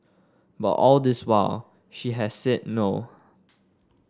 but all this while she has said no